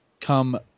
come